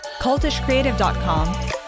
cultishcreative.com